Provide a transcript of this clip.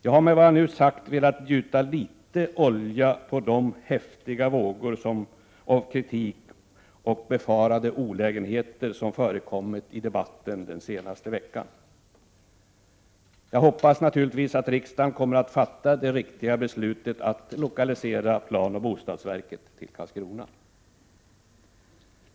Med vad jag nu sagt har jag velat gjuta litet olja på de häftiga vågor av kritik och farhågor för olägenheter som förekommit i debatten den senaste veckan. Jag hoppas naturligtvis att riksdagen kommer att fatta det riktiga beslutet att lokalisera planoch bostadsverket till Karlskrona.